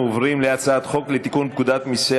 אנחנו עוברים להצעת חוק לתיקון פקודת מסי